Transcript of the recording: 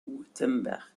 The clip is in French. wurtemberg